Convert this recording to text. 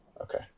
Okay